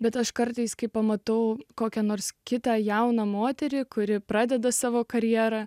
bet aš kartais kai pamatau kokią nors kitą jauną moterį kuri pradeda savo karjerą